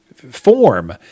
form